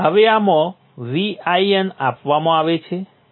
હવે આમાં Vin આપવામાં આવે છે